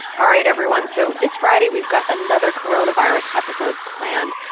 all right, everyone. so this friday, we've got another coronavirus episode planned.